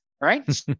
Right